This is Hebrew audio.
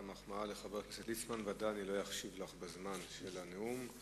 את המחמאה לחבר הכנסת ליצמן בוודאי אני לא אחשיב לך בזמן של הנאום.